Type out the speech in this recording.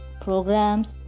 programs